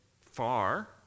far